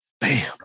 Bam